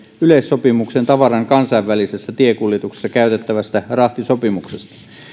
yleissopimukseen tavaran kansainvälisessä tiekuljetuksessa käytettävästä rahtisopimuksesta